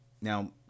Now